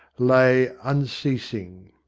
lay unceasing.